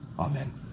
Amen